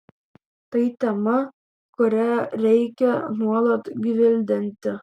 tai tema kurią reikia nuolat gvildenti